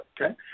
Okay